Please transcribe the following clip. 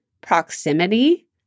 proximity